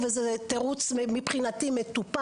ומבחינתי זה תירוץ מטופש,